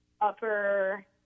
upper